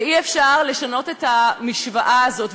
ואי-אפשר לשנות את המשוואה הזאת,